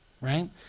right